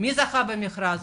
מי זכה במכרז?